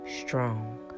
strong